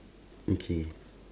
okay